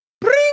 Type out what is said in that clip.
Bring